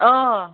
آ